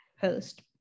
host